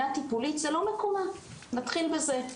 זה לא מקומה, נתחיל בזה.